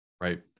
Right